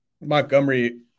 Montgomery